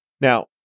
Now